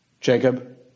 Jacob